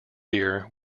deer